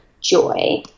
joy